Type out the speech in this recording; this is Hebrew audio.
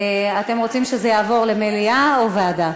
אתם רוצים שזה יעבור למליאה, או ועדה?